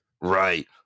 Right